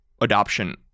adoption